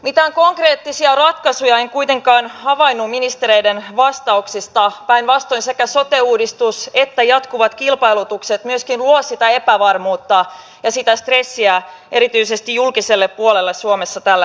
mitään konkreettisia ratkaisuja en kuitenkaan havainnut ministereiden vastauksista päinvastoin sekä sote uudistus että jatkuvat kilpailutukset myöskin luovat sitä epävarmuutta ja sitä stressiä erityisesti julkiselle puolelle suomessa tällä hetkellä